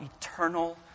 eternal